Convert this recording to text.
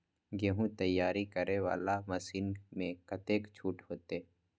गेहूं तैयारी करे वाला मशीन में कतेक छूट होते?